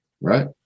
Right